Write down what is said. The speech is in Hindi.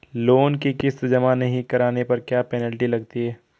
लोंन की किश्त जमा नहीं कराने पर क्या पेनल्टी लगती है?